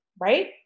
right